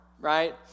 right